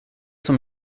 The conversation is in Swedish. som